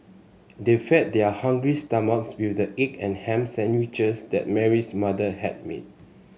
they fed their hungry stomachs with the egg and ham sandwiches that Mary's mother had made